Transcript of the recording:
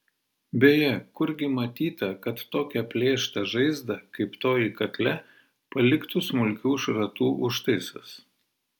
beje kurgi matyta kad tokią plėštą žaizdą kaip toji kakle paliktų smulkių šratų užtaisas